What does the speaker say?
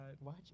Watch